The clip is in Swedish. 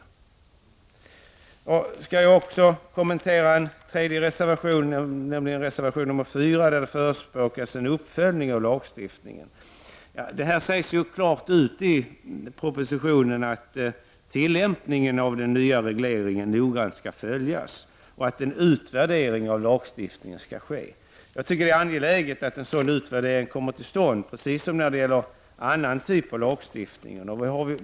Så skall jag även kommentera reservation 4, där det förespråkas en uppföljning av lagstiftningen. Det sägs klart ut i propositionen att tillämpningen av den nya regleringen noggrant skall följas och att en utvärdering av lagstiftningen skall ske. Det är angeläget att en sådan utvärdering kommer till stånd, precis som när det gäller annan typ av lagstiftning.